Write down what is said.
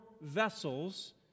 vessels